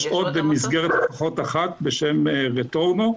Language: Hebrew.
יש לפחות עוד מסגרת אחת בשם רטורנו,